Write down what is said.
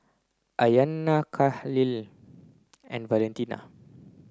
Ayanna Kahlil and Valentina